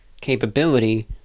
capability